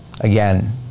again